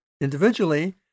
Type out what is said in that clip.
individually